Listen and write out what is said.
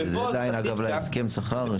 אגב, יש איזה דדליין להסכם השכר?